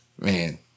Man